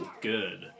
good